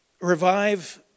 Revive